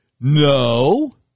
No